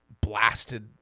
blasted